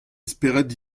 spered